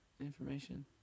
information